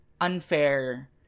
unfair